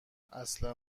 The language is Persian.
اصلا